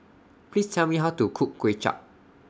Please Tell Me How to Cook Kway Chap